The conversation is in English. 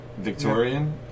Victorian